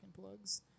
plugs